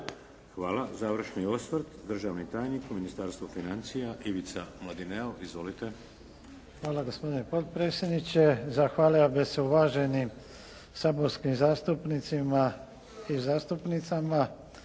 Hvala. Završni osvrt, državni tajnik u Ministarstvu financija Ivica Mladineo. Izvolite. **Mladineo, Ivica** Hvala gospodine potpredsjedniče. Zahvalio bih se uvaženim saborskim zastupnicima i zastupnicama